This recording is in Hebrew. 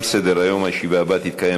הודעה לסגן